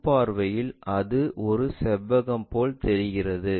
முன் பார்வையில் அது ஒரு செவ்வகம் போல் தெரிகிறது